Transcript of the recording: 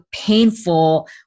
painful